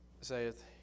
saith